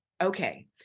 Okay